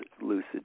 lucid